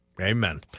Amen